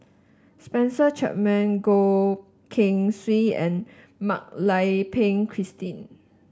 Spencer Chapman Goh Keng Swee and Mak Lai Peng Christine